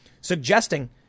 suggesting